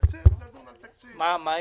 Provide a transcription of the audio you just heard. מה עם